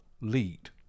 lead